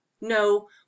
no